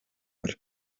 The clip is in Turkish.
var